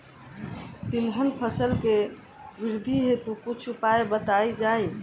तिलहन फसल के वृद्धी हेतु कुछ उपाय बताई जाई?